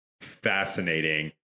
fascinating